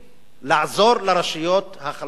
לעזור לרשויות החלשות.